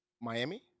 miami